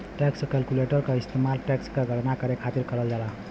tax calculator क इस्तेमाल tax क गणना करे खातिर करल जाला